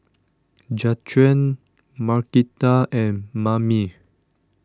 Jaquan Markita and Mamie